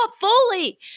fully